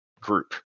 group